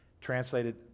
Translated